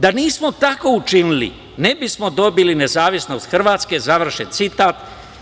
Da nismo tako učinili, ne bismo dobili nezavisnost Hrvatske.“ Završen citat.